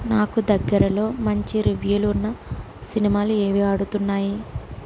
నాకు దగ్గరలో మంచి రివ్యూలు ఉన్న సినిమాలు ఏవి ఆడుతున్నాయి